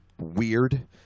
weird